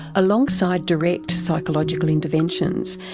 alongside direct psychological interventions,